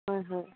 হয় হয়